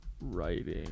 writing